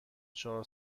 چهار